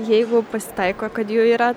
jeigu pasitaiko kad jų yra